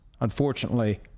Unfortunately